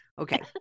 okay